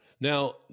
Now